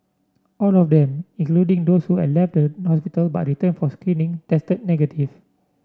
all of them including those who had left the hospital but returned for screening tested negative